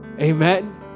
Amen